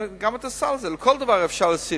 לכל דבר אפשר להוסיף.